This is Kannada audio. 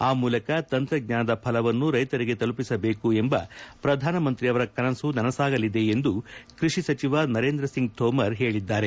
ಆ ಮೂಲಕ ತಂತ್ರಜ್ಞಾನದ ಫಲವನ್ನು ರೈತರಿಗೆ ತಲುಪಿಸಬೇಕು ಎಂದು ಪ್ರಧಾನಮಂತ್ರಿ ಅವರ ಕನಸು ನನಸಾಗಲಿದೆ ಎಂದು ಕೃಷಿ ಸಚಿವ ನರೇಂದ್ರ ಸಿಂಗ್ ಥೋಮರ್ ಹೇಳಿದ್ದಾರೆ